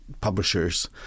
publishers